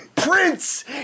Prince